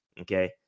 Okay